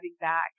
back